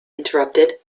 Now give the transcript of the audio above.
interrupted